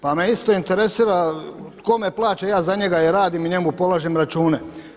Pa me isto interesira tko me plaća ja za njega i radim i njemu polažem račune.